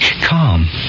calm